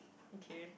okay